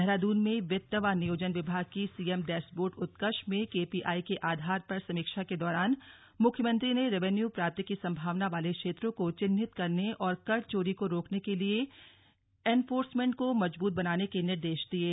देहरादून में वित्त व नियोजन विभाग की सीएम डैशबोर्ड उत्कर्ष में केपीआई के आधार पर समीक्षा के दौरान मुख्यमंत्री ने रेवेन्यू प्राप्ति की सम्भावना वाले क्षेत्रों को चिन्हित करने और कर चोरी को रोकने के लिए एनफोर्समेंट को मजबूत बनाने के निर्देश दिये